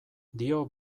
dio